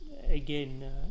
again